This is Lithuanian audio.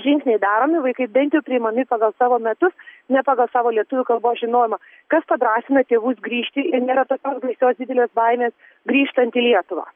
žingsniai daromi vaikai bent priimami pagal savo metus ne pagal savo lietuvių kalbos žinojimą kas padrąsina tėvus grįžti ir nėra tokios baisios didelės baimės grįžtant į lietuvą